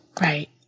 Right